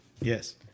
Yes